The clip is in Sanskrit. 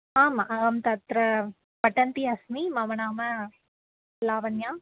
आम् अहं तत्र पठन्ती अस्मि मम नाम लावण्या